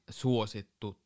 suosittu